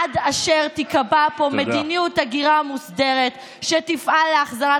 עד אשר תיקבע פה מדיניות הגירה מוסדרת שתפעל להחזרת